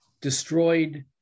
destroyed